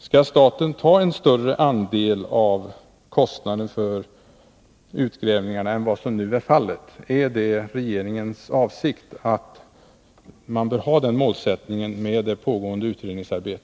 Är det regeringens avsikt att målsättningen för det pågående utredningsarbetet skall vara att staten svarar för en större del av kostnaderna för utgrävningarna än som nu är fallet?